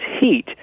heat